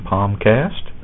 Palmcast